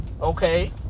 Okay